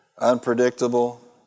unpredictable